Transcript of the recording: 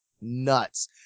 nuts